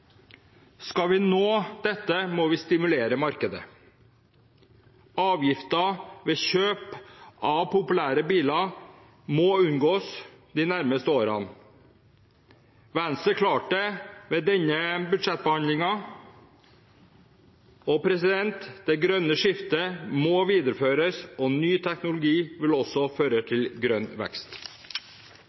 Skal vi nå dette målet, må vi stimulere markedet. Avgifter ved kjøp av populære biler må unngås de nærmeste årene. Venstre klarte det ved denne budsjettbehandlingen. Det grønne skiftet må videreføres, og ny teknologi vil også føre til grønn vekst.